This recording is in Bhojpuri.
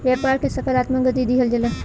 व्यापार के सकारात्मक गति दिहल जाला